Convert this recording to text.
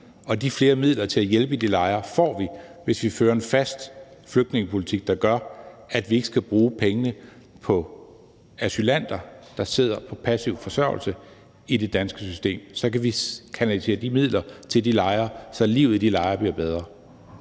og de flere midler til at hjælpe i de lejre får vi, hvis vi fører en fast flygtningepolitik, der gør, at vi ikke skal bruge pengene på asylanter, der sidder på passiv forsørgelse i det danske system; så kan vi kanalisere de midler til de lejre, så livet i de lejre bliver bedre.